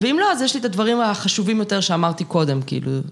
ואם לא, אז יש לי את הדברים החשובים יותר שאמרתי קודם, כאילו...